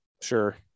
Sure